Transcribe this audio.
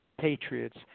Patriots